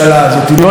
ואני מבטיח לך,